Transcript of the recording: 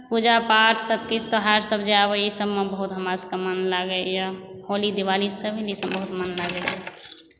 पूजा पाठ सभ किछु तऽ त्यौहार सब जे आबैया ई सभमे हम बहुत हमरा सभकेँ मन लागैया होली दिवाली ई सबमे भी बहुत मन लागैए